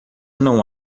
não